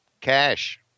Cash